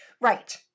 Right